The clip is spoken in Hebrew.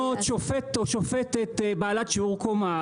אז אפשר למנות שופט או שופטת בעלת שיעור קומה,